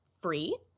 free